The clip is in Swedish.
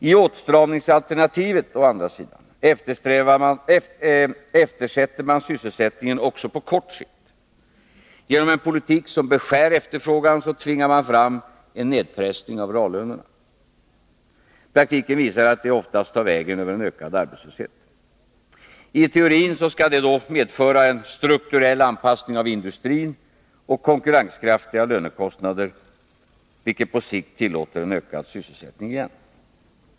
I åtstramningsalternativet, å andra sidan, eftersätter man sysselsättningen också på kort sikt. Genom en politik som beskär efterfrågan tvingar man fram en nedpressning av reallönerna. Praktiken visar att det oftast tar vägen över en ökad arbetslöshet. I teorin skall det medföra en strukturell anpassning av industrin och konkurrenskraftiga lönekostnader — vilket på sikt tillåter en ökad sysselsättning igen.